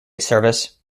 service